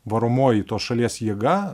varomoji tos šalies jėga